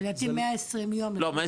אבל לדעתי 120 יום --- לא,